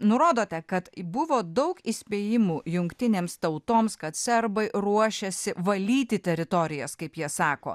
nurodote kad buvo daug įspėjimų jungtinėms tautoms kad serbai ruošiasi valyti teritorijas kaip jie sako